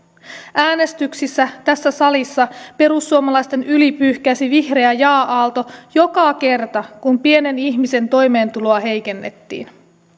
äänestyksissä tässä salissa perussuomalaisten yli pyyhkäisi vihreä jaa aalto joka kerta kun pienen ihmisen toimeentuloa heikennettiin